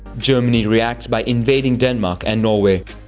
germany reacts by invading denmark and norway.